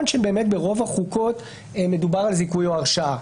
שבאמת ברוב החוקות מדובר על זיכוי או הרשעה.